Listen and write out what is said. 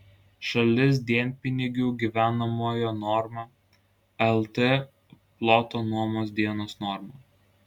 šalis dienpinigių gyvenamojo norma lt ploto nuomos dienos norma